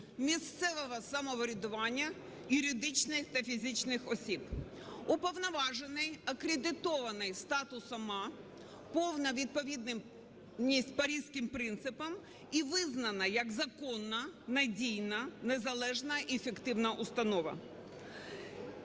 місцевого самоврядування, юридичних та фізичних осіб. Уповноважений акредитований статусом "А", повна відповідність Паризьким принцип і визнаний як законна, надійна, незалежна і ефективна установа.